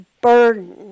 burden